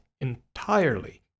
entirely